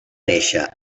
néixer